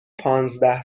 پانزده